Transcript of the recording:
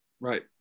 right